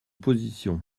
position